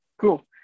Cool